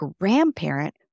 grandparent